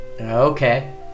Okay